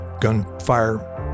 gunfire